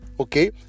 okay